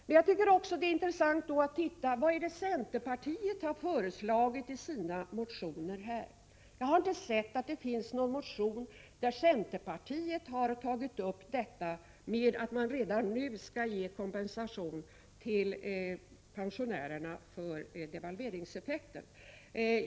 Men jag tycker att det då också är intressant att studera vad centerpartiet har föreslagit i sina motioner. Jag har inte sett att det finns någon motion där centerpartiet har tagit upp detta att kompensation till pensionärerna för devalveringseffekten skall ges redan nu.